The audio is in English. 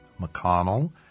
McConnell